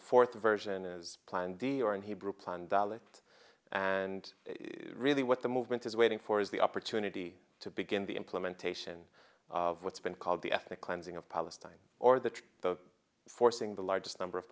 fourth version is plan d or in hebrew plan ballot and really what the movement is waiting for is the opportunity to begin the implementation of what's been called the ethnic cleansing of palestine or that forcing the largest number of